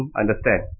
understand